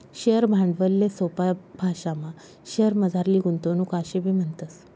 share भांडवलले सोपा भाशामा शेअरमझारली गुंतवणूक आशेबी म्हणतस